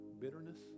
bitterness